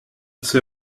ces